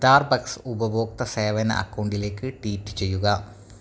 Starbucks ഉപഭോക്തൃ സേവന അക്കൗണ്ടിലേക്ക് ട്വീറ്റ് ചെയ്യുക